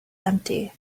empty